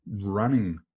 running